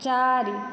चारि